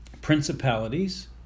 principalities